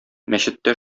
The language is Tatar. мәчеттә